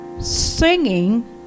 singing